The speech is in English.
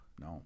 No